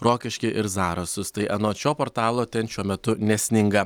rokiškį ir zarasus tai anot šio portalo ten šiuo metu nesninga